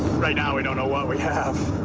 right now we don't know what we have.